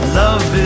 love